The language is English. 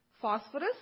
phosphorus